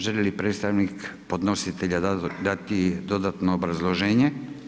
Želi li predstavnik podnositelja dati dodatno obrazloženje?